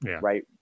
right